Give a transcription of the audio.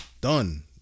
Done